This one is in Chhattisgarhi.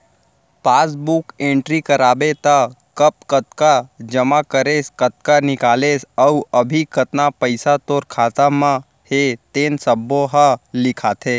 पासबूक एंटरी कराबे त कब कतका जमा करेस, कतका निकालेस अउ अभी कतना पइसा तोर खाता म हे तेन सब्बो ह लिखाथे